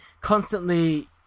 constantly